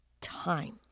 time